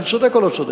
אני צודק או לא צודק?